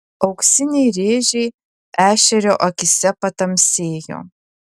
auksiniai rėžiai ešerio akyse patamsėjo